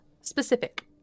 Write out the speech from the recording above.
Specific